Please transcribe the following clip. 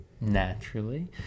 naturally